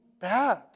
bad